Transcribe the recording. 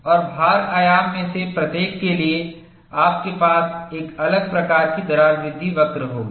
और भार आयाम में से प्रत्येक के लिए आपके पास एक अलग प्रकार की दरार वृद्धि वक्र होगी